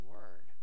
Word